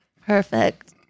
perfect